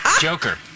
Joker